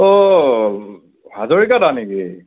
ও হাজৰিকা দা নেকি